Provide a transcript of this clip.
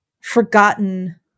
forgotten